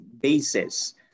basis